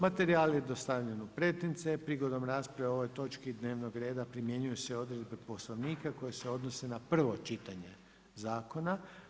Materijal je dostavljen u pretince, prigodom rasprave o ovoj točki dnevnog reda primjenjuju se odredbe Poslovnika koji se odredbe na prvo čitanje zakona.